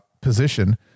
position